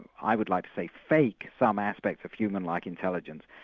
i would like to say fake some aspect of human-like intelligence,